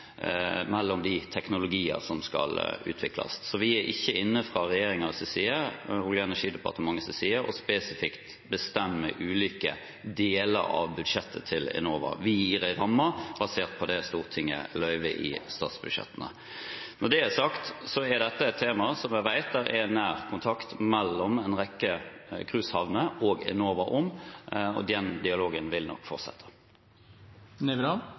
mellom de teknologiene som skal utvikles. Vi er ikke inne fra regjeringens side, fra Olje- og energidepartementets side, og spesifikt bestemmer ulike deler av budsjettet til Enova. Vi gir en ramme, basert på det Stortinget bevilger i statsbudsjettene. Når det er sagt, er dette et tema som jeg vet det er nær kontakt mellom en rekke cruisehavner og Enova om, og den dialogen vil nok